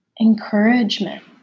encouragement